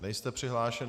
Nejste přihlášen.